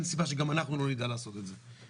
אין סיבה שגם אנחנו לא נדע לעשות את זה.